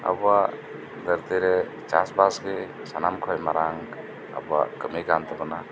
ᱟᱵᱩᱣᱟᱜ ᱫᱷᱟᱹᱨᱛᱤ ᱨᱮ ᱪᱟᱥ ᱵᱟᱥᱜᱤ ᱥᱟᱱᱟᱢ ᱠᱷᱚᱱ ᱢᱟᱨᱟᱝ ᱟᱵᱩᱣᱟᱜ ᱠᱟᱹᱢᱤᱠᱟᱱ ᱛᱟᱵᱩᱱᱟ